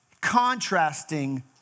contrasting